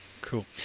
cool